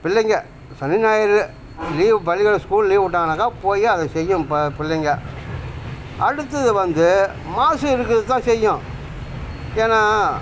பிள்ளைங்கள் சனி ஞாயிறு லீவ் பள்ளிக்கூடம் ஸ்கூல் லீவ் விட்டாங்கன்னாக்கா போய் அதை செய்யும் ப பிள்ளைங்கள் அடுத்தது வந்து மாசு இருக்கிறது தான் செய்யும் ஏன்னால்